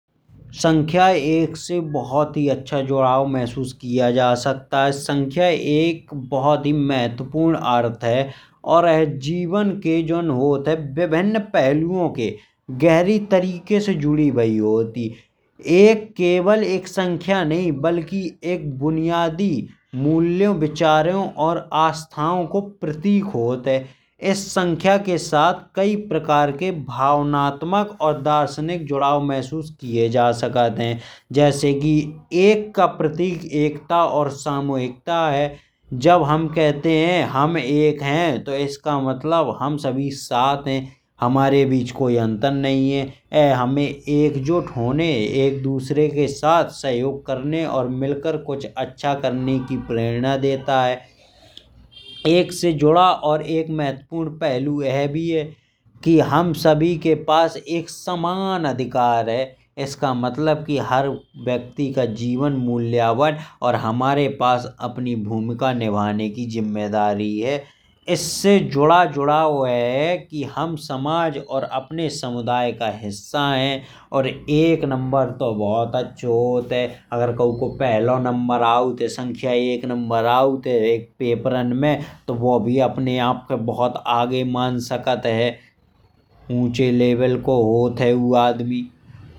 संख्या एक से बहुत ही अच्छा जोड़ाव महसूस किया जा सकता है। संख्या एक बहुत ही महत्वपूर्ण अर्थ है और ये जीवन के जोन होत हैं। विभिन्न पहलुओं के गहरे तरीके से जुड़ी भाई होत है। एक केवल एक संख्या नहीं, बल्कि एक बुनियादी मूल्यों। विचारों और आस्थाओं का प्रतीक होत है। इस संख्या के साथ कई प्रकार के भावनात्मक और दर्शनीय जोड़ाव महसूस किए जा सकते हैं। जैसे कि एक का प्रतीक एकता और सामूहिकता है। जब हम कहते हैं हम एक हैं तो इसका मतलब है हम सभी साथ हैं। हमारे बीच कोई अंतर नहीं है। ये हमें एकजुट होने एक दूसरे के साथ सहयोग करने और मिलके कुछ अच्छा करने की प्रेरणा देता है। एक से जुड़ा एक महत्वपूर्ण पहलू ये भी है कि हम सब के पास एक समान अधिकार है। इसका मतलब है कि हर व्यक्ति का जीवन मूल्यवान है। और हमारे पास अपनी भूमिका निभाने की जिम्मेदारी है। इससे जुड़ा हुआ है कि हम समाज और अपने समुदाय का हिस्सा हैं। और एक नंबर तो बहुत अच्छा होत है। अगर कऊ को पहले नंबर आऊत है पेपरन में तो वो भी अपने आप खैं बहुत आगे मान सकत है। ऊंचे लेवल पे होत हैं वो आदमी।